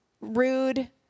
rude